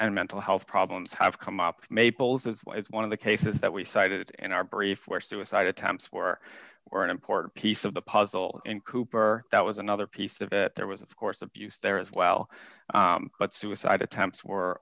and mental health problems have come up maple's this is one of the cases that we cited in our brief where suicide attempts were were an important piece of the puzzle and cooper that was another piece of it there was of course abuse there as well but suicide attempts or